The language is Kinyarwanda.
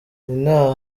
inaha